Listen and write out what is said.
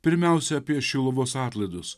pirmiausia apie šiluvos atlaidus